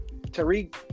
Tariq